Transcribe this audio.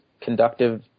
conductive